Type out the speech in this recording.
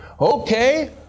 Okay